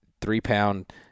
three-pound